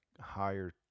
higher